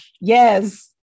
yes